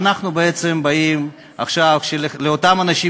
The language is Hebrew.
ואנחנו בעצם באים עכשיו אל אותם אנשים